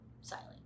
silent